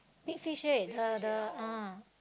big fish head the the ah